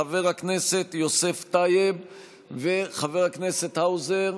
חבר הכנסת יוסף טייב וחבר הכנסת האוזר,